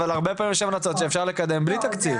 אבל הרבה פעמים יש המלצות שאפשר לקדם בלי תקציב.